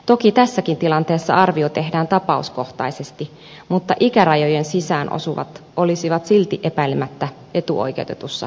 toki tässäkin tilanteessa arvio tehdään tapauskohtaisesti mutta ikärajojen sisään osuvat olisivat silti epäilemättä etuoikeutetussa asemassa